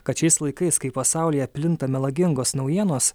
kad šiais laikais kai pasaulyje plinta melagingos naujienos